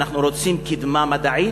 אנחנו רוצים קידמה מדעית,